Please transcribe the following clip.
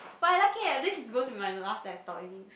but lucky leh this is going to be my last laptop already